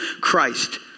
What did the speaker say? Christ